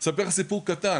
אני אספר לך סיפור קטן,